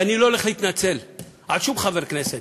ואני לא הולך להתנצל על שום חבר כנסת,